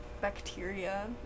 bacteria